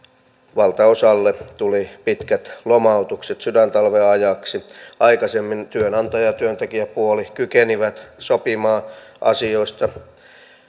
valtaosalle tuli pitkät lomautukset sydäntalven ajaksi aikaisemmin työnantaja ja työntekijäpuoli kykenivät sopimaan asioista